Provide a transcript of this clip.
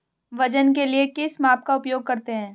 वजन के लिए किस माप का उपयोग करते हैं?